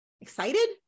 excited